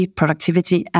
productivity